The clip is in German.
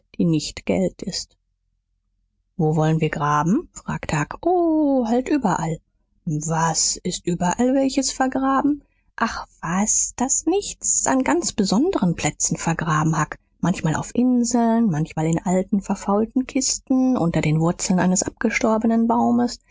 die nicht geld ist wo wollen wir graben fragte huck o halt überall was ist überall welches vergraben ach was das nicht s ist an ganz besonderen plätzen vergraben huck manchmal auf inseln manchmal in alten verfaulten kisten unter den wurzeln eines abgestorbenen baumes